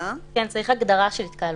צריך הגדרה של התקהלות,